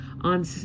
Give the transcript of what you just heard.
on